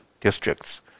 Districts